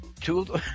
Two